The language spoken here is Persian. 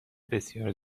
بسیار